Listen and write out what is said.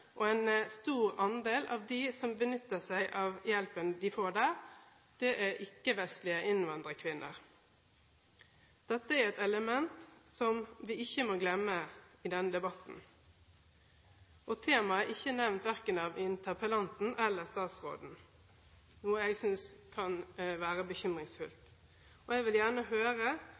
og en stor andel av dem som benytter seg av hjelpen de får der, er ikke-vestlige innvandrerkvinner. Dette er et element som vi ikke må glemme i denne debatten. Temaet er ikke nevnt verken av interpellanten eller statsråden, noe jeg synes kan være bekymringsfullt. Jeg vil gjerne høre